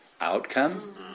outcome